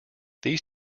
these